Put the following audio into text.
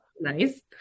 Nice